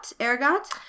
Ergot